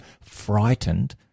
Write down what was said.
frightened